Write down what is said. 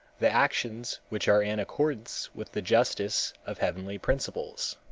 the actions which are in accordance with the justice of heavenly principles,